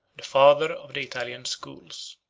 the father of the italian schools.